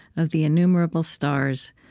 of the innumerable stars,